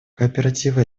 кооперативы